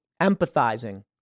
empathizing